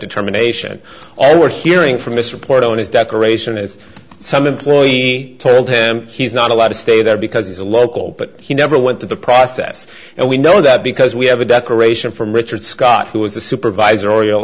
determination all we're hearing from this report on is decoration is some employee told him he's not allowed to stay there because he's a local but he never went to the process and we know that because we have a decoration from richard scott who was the supervisor or